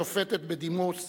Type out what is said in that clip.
השופטת בדימוס